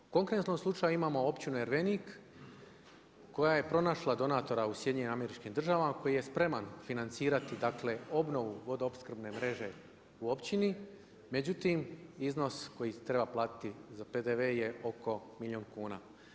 U konkretnom slučaju imamo općinu Ervenik koja je pronašla donatora u SAD-u, koji je spreman financirati, dakle obnovu vodoopskrbne mreže u općini, međutim iznos koji treba platiti za PDV je oko milijun kuna.